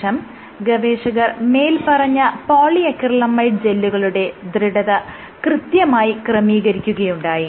ശേഷം ഗവേഷകർ മേല്പറഞ്ഞ PA ജെല്ലുകളുടെ ദൃഢത കൃത്യമായി ക്രമീകരിക്കുകയുണ്ടായി